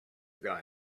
guy